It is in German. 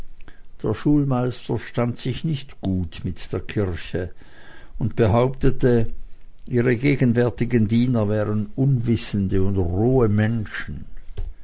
der schulmeister stand sich nicht gut mit der kirche und behauptete ihre gegenwärtigen diener wären unwissende und rohe menschen